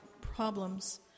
problems